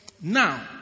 Now